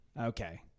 okay